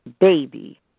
baby